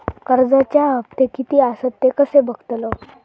कर्जच्या हप्ते किती आसत ते कसे बगतलव?